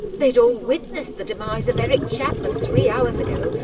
they'd all witnessed the demise of eric chapman three hours ago,